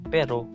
Pero